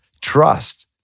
trust